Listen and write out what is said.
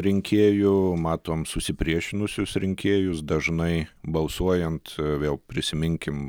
rinkėjų matom susipriešinusius rinkėjus dažnai balsuojant vėl prisiminkim